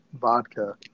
vodka